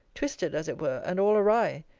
twisted, as it were, and all awry,